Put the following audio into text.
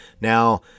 Now